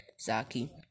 Zaki